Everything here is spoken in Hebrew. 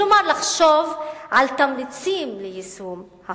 כלומר, לחשוב על תמריצים ליישום החוק.